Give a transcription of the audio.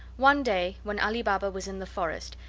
one day, when ali baba was in the forest,